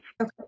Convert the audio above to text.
Okay